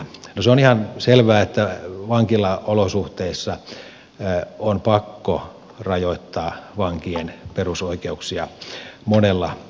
no se on ihan selvää että vankilaolosuhteissa on pakko rajoittaa vankien perusoikeuksia monella tavalla